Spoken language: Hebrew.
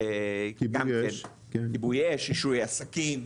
גם כן כיבוי אש, רישוי עסקים.